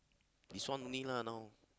this one only lah now